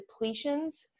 depletions